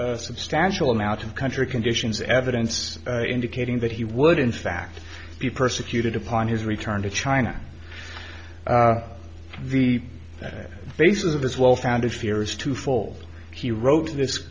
the substantial amount of country conditions evidence indicating that he would in fact be persecuted upon his return to china the that basis of this well founded fear is twofold he wrote this